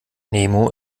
nemo